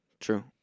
True